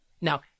Now